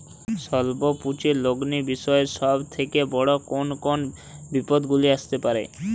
স্বল্প পুঁজির লগ্নি বিষয়ে সব থেকে বড় কোন কোন বিপদগুলি আসতে পারে?